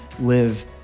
live